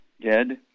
dead